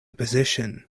position